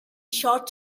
short